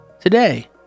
today